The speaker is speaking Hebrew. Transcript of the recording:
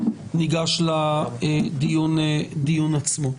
ניגש לדיון עצמו.